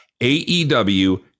aew